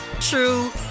true